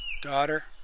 Daughter